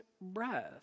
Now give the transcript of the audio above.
breath